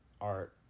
art